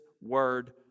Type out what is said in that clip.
word